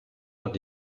hat